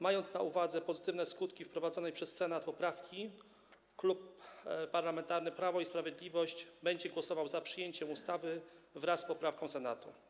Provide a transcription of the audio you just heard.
Mając na uwadze pozytywne skutki wprowadzonej przez Senat poprawki, Klub Parlamentarny Prawo i Sprawiedliwość będzie głosował za ustawą wraz z poprawką Senatu.